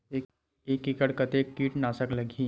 एक एकड़ कतेक किट नाशक लगही?